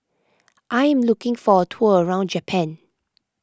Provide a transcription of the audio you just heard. I am looking for a tour around Japan